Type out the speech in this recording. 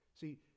See